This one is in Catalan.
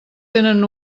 tenen